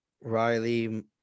Riley